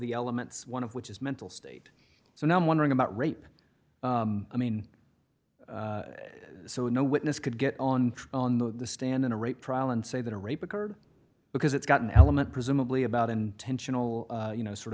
the elements one of which is mental state so now i'm wondering about rape i mean so no witness could get on the stand in a rape trial and say that a rape occurred because it's got an element presumably about intentional you know sort